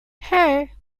hey